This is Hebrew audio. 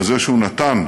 בזה שהוא נתן